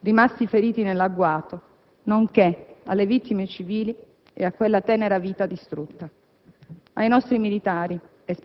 rimasti feriti nell'agguato, nonché alle vittime civili e a quella tenera vita distrutta.